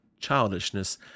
childishness